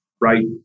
right